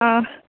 ആ